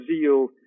zeal